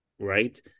right